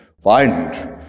find